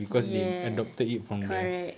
ya correct